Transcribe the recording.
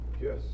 Yes